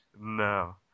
no